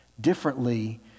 differently